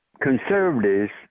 conservatives